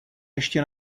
ještě